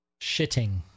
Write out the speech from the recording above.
Shitting